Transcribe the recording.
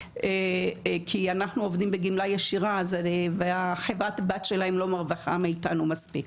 כי אנחנו עובדים בגמלה ישירה וחברת הבת שלהם לא מרוויחה מאיתנו מספיק.